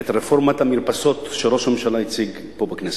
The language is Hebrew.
את רפורמת המרפסות שראש הממשלה הציג פה בכנסת.